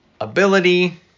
ability